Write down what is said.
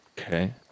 Okay